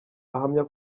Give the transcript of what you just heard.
ahamya